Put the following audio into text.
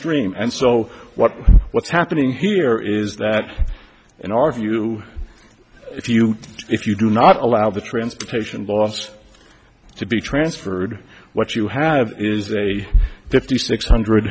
stream and so what what's happening here is that in our view if you if you do not allow the transportation boss to be transferred what you have is a fifty six hundred